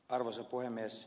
arvoisa puhemies